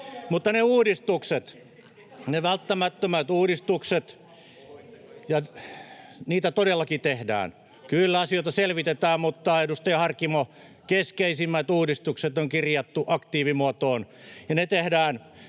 Mutta ne uudistukset, ne välttämättömät uudistukset: niitä todellakin tehdään. [Oikealta: Puhuitteko itsellenne?] — Kyllä asioita selvitetään, mutta edustaja Harkimo, keskeisimmät uudistukset on kirjattu aktiivimuotoon ja ne tehdään